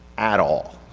at all,